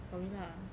sorry lah